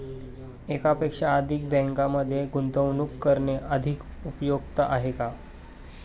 एकापेक्षा अधिक बँकांमध्ये गुंतवणूक करणे अधिक उपयुक्त आहे का?